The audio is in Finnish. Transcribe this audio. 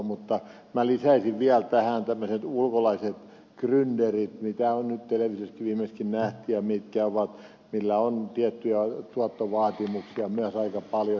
mutta lisäisin vielä tähän tämmöiset ulkolaiset grynderit joita nyt televisiossa viimeksikin nähtiin ja joilla on tiettyjä tuottovaatimuksia myös aika paljon